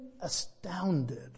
astounded